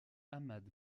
ahmad